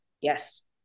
Yes